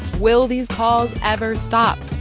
will these calls ever stop?